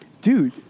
dude